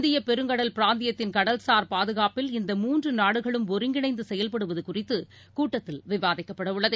இந்தியப் பெருங்கடல் பிராந்தியத்தின் கடல்சார் பாதுகாப்பில் இந்த மூன்று நாடுகளும் ஒருங்கிணைந்து செயல்படுவது குறித்து கூட்டத்தில் விவாதிக்கப்படவுள்ளது